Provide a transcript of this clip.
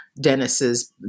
Dennis's